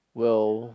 will